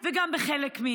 ואלה דברים שקריים,